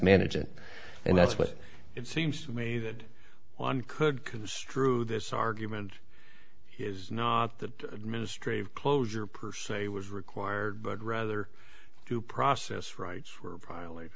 manage it and that's what it seems to me that one could construe this argument is not that ministry of closure per se was required but rather due process rights were